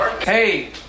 Hey